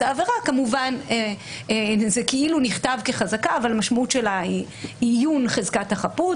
העבירה כמובן זה כאילו נכתב כחזקה אבל המשמעות שלה היא איון חזקת החפות.